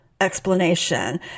explanation